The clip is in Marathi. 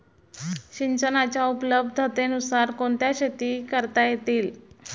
सिंचनाच्या उपलब्धतेनुसार कोणत्या शेती करता येतील?